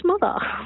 mother